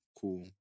cool